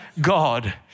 God